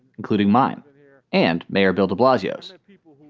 including mine and mayor bill de blasio s and people.